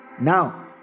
now